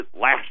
last